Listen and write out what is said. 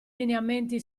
lineamenti